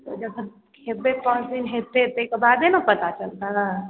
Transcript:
जखन खेबै पाँच दिन हेतै तै के बादे ने पता चलतै